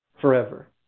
forever